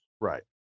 Right